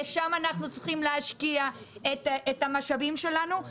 ובזה אנחנו צריכים להשקיע את המשאבים שלנו.